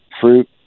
fruit